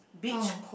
oh